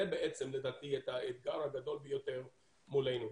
זה בעצם לדעתי האתגר הגדול ביותר מולנו.